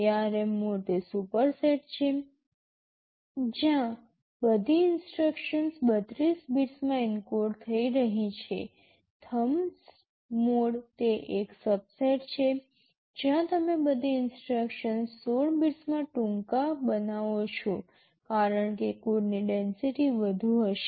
ARM mode એ superset છે જ્યાં બધી ઇન્સટ્રક્શન્સ 32 બિટ્સમાં એન્કોડ થઈ રહી છે થમ્બ મોડ તે એક સબસેટ છે જ્યાં તમે બધી ઇન્સટ્રક્શન્સ 16 બિટ્સમાં ટૂંકા બનાવો છો કારણ કે કોડની ડેન્સિટી વધુ હશે